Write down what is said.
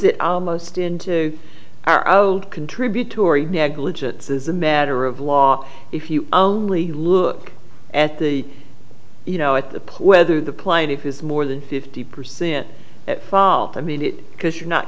it almost into our old contributory negligence is a matter of law if you only look at the you know at the pool whether the plaintiff is more than fifty percent at fault i mean it because you're not